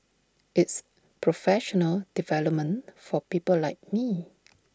it's professional development for people like me